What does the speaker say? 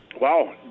Wow